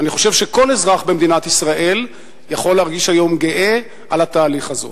ואני חושב שכל אזרח במדינת ישראל יכול להרגיש היום גאה על התהליך הזה.